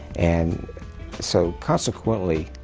and so consequently,